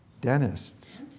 dentists